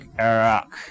Iraq